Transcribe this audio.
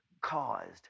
caused